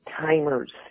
timers